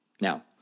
Now